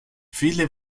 viele